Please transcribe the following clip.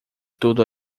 tudo